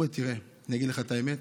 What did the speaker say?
הוא היה אומר: תראה, אני אגיד לך את האמת,